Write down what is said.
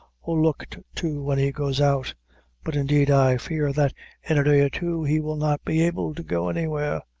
or looked to when he goes out but indeed i fear that in a day or two he will not be able to go anywhere.